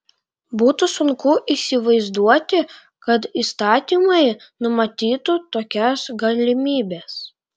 būtų sunku įsivaizduoti kad įstatymai numatytų tokias galimybes